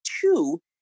two